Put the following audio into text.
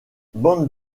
bande